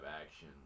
action